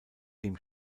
dem